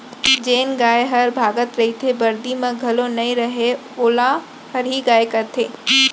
जेन गाय हर भागत रइथे, बरदी म घलौ नइ रहय वोला हरही गाय कथें